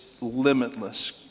limitless